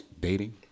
dating